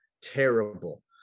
Terrible